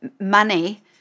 money